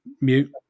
Mute